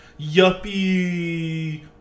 yuppie